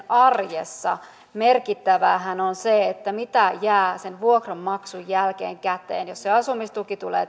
arjessahan merkittävää on se mitä jää sen vuokranmaksun jälkeen käteen jos se asumistuki tulee